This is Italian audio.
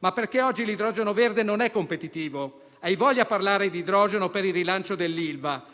Oggi infatti l'idrogeno verde non è competitivo. Hai voglia a parlare di idrogeno per il rilancio dell'Ilva: